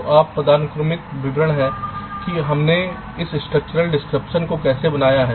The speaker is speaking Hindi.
तो यह पदानुक्रमित विवरण है कि हमने इस स्ट्रक्चरल डिस्क्रिप्शन को कैसे बनाया है